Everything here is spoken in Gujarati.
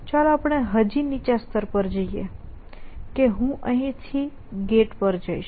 ચાલો આપણે હજી નીચલા સ્તર પર જઈએ કે હું અહીંથી ગેટ પર જઈશ